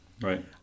right